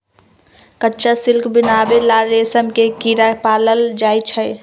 कच्चा सिल्क बनावे ला रेशम के कीड़ा पालल जाई छई